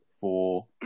four